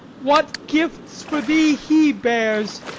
what gifts for thee he bears,